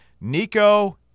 Nico